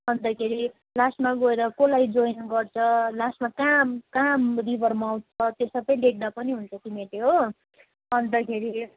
अन्तखेरि लास्टमा गएर कसलाई जोइन गर्छ लास्टमा कहाँ कहाँ रिभरमाउथ छ त्यो सबै लेख्दा पनि हुन्छ तिमीहरूले हो अन्तखेरि